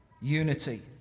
Unity